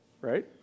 right